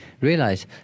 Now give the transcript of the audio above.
realise